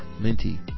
Minty